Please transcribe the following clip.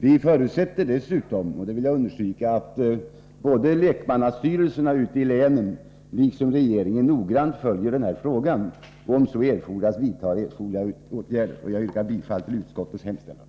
Vi förutsätter dessutom — och det vill jag understryka — att såväl lekmannastyrelserna i länen som regeringen noggrannt följer den här frågan och om så erfordras vidtar åtgärder. Jag yrkar bifall till utskottets hemställan.